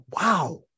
wow